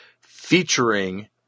featuring